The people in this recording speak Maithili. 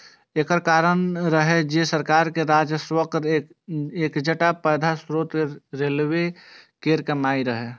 एकर कारण रहै जे सरकार के राजस्वक एकटा पैघ स्रोत रेलवे केर कमाइ रहै